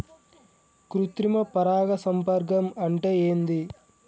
కృత్రిమ పరాగ సంపర్కం అంటే ఏంది?